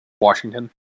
Washington